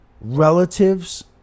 relatives